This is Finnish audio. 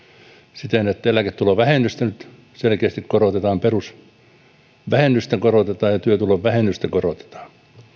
siten että eläketulovähennystä selkeästi korotetaan perusvähennystä korotetaan ja työtulovähennystä korotetaan